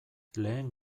lehen